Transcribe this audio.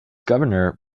governor